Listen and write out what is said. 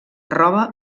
roba